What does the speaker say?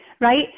right